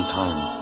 time